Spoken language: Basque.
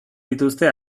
dituzte